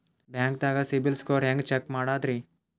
ಬ್ಯಾಂಕ್ದಾಗ ಸಿಬಿಲ್ ಸ್ಕೋರ್ ಹೆಂಗ್ ಚೆಕ್ ಮಾಡದ್ರಿ?